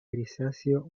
grisáceo